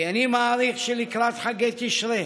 כי אני מעריך שלקראת חגי תשרי,